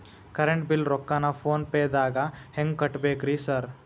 Current bill ರೊಕ್ಕಾನ phone ಪೇದಾಗ ಹೆಂಗ್ ಕಟ್ಟಬೇಕ್ರಿ ಸರ್?